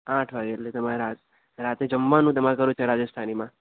આઠ વાગ્યે એટલે તમારે રાત રાત્રે જમવાનું તમારે કરવું ત્યાં રાજસ્થાનીમાં